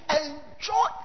enjoy